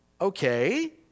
Okay